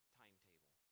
timetable